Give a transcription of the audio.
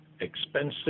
expensive